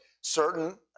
certain